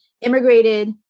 immigrated